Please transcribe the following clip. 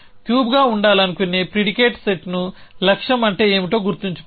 క్యూబ్గా ఉండాలనుకునే ప్రిడికేట్ సెట్ను లక్ష్యం అంటే ఏమిటో గుర్తుంచుకోండి